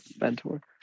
mentor